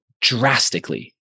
drastically